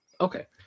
okay